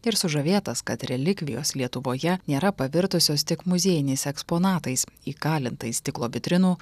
ir sužavėtas kad relikvijos lietuvoje nėra pavirtusios tik muziejiniais eksponatais įkalintais stiklo vitrinų